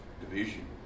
division